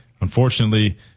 unfortunately